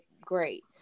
great